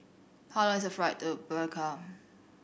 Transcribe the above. how long is the flight to Palikir